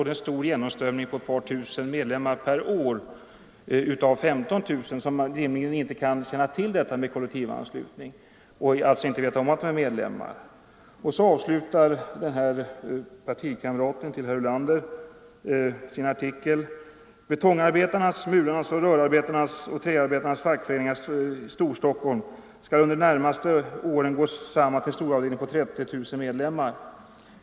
Det är med 15 000 medlemmar en stor genomströmning på ett par tusen per år som rimligen inte kan känna till detta med kollektivanslutningen och alltså inte vet om att de är medlemmar. Så här avslutar denna partikamrat till herr Ulander sin artikel: ”Betongarbetarnas, murarnas, rörarbetarnas och träarbetarnas fackföreningar i Stor-Stockholm skall under de närmaste åren gå samman till en storavdelning på ca 30 000 medlemmar.